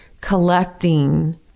collecting